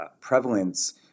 prevalence